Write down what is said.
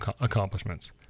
accomplishments